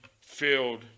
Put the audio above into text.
filled